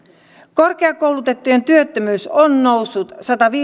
korkeakoulutettujen työttömyys on noussut